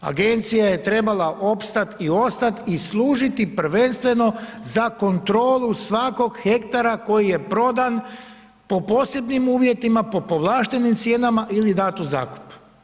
Agencija je trebala opstat i ostat i služiti prvenstveno za kontrolu svakog hektara koji je prodan po posebnom uvjetima, po povlaštenim cijenama ili dat u zakup.